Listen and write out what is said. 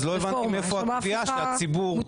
אז לא הבנתי מאיפה הקביעה שהציבור רואה את זה?